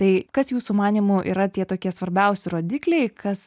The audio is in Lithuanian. tai kas jūsų manymu yra tie tokie svarbiausi rodikliai kas